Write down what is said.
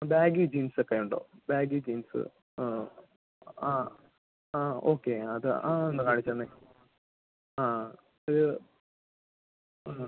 baggy ജീൻസൊക്കെ ഉണ്ടോ baggy jeans ആ ആ ആ ഓക്കെ അത് അതൊന്ന് കാണിച്ച് തന്നേ ആ അത് ആ